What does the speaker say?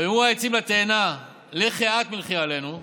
ויאמרו העצים לתאנה לכי את מלכי עלינו.